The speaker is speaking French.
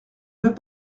veux